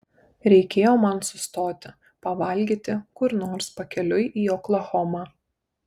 reikėjo man sustoti pavalgyti kur nors pakeliui į oklahomą